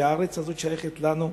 והארץ הזאת שייכת לנו.